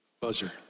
buzzer